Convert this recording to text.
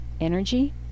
energy